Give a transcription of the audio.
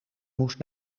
moest